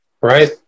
right